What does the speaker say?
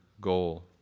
goal